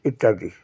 ইত্যাদি